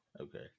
Okay